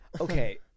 Okay